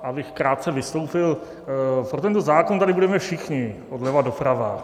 Abych krátce vystoupil, pro tento zákon tady budeme všichni odleva doprava.